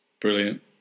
Brilliant